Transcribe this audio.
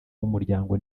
w’umuryango